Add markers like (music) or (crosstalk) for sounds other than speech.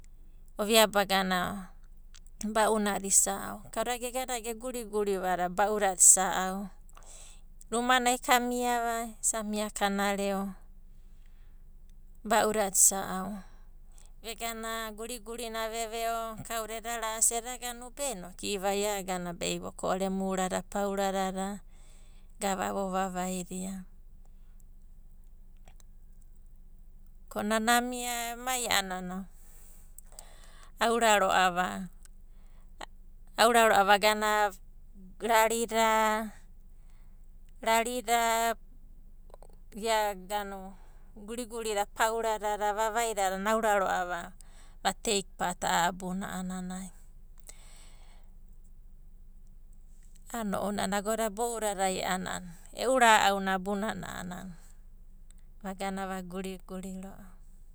Ovia bagana ba'unada isa au. Kauga gegana ge guriguriva a'ada ba'udada isa au. Rumanai kamiava, isa mia kanareo ba'unada isa au vegana guriguri na veve'o kauda eda ra'asi (hesitation) iagana be ai voko'ore emu urada pauradada gava vovavai dia. (hesitation) Ko nana amia ema a'anana auraro'ava vagana rarida, rarida ia (hesitation) gurigurida pauradada vavaidada a'ana aura ro'ava va teik pat a'a abuna a'ananai, (hesitation) a'ana ounanai agoda boudadai a'ana e'u ra'auna abunana a'ana vagana va guriguri roa.